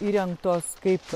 įrengtos kaip